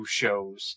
shows